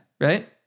right